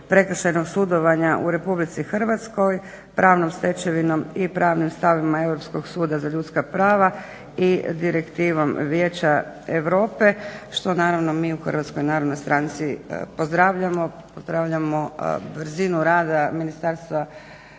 prekršajnog sudovanja u Republici Hrvatskoj, pravnom stečevinom i pravnim stavovima Europskog suda za ljudska prava i Direktivom Vijeća Europe što naravno mi u Hrvatskoj narodnoj stranci pozdravljamo, pozdravljamo brzinu rada Ministarstva pravosuđa.